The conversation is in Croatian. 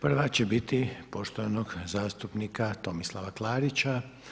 Prva će biti poštovanog zastupnika Tomislava Klarića.